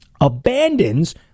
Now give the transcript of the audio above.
abandons